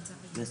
את --- טוב,